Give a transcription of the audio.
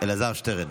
אלעזר שטרן